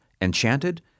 Enchanted